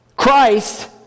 Christ